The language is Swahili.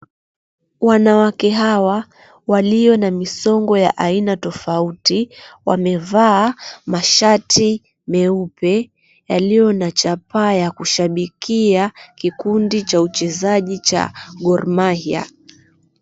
Wanawake hawa walio na misongo ya aina tofauti wamevaa mashati meupe yaliyo na chapaa ya kushabikia kikundi cha uchezaji cha Gor Mahia.